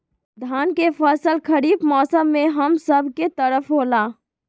धान के फसल खरीफ मौसम में हम सब के तरफ होला